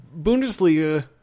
Bundesliga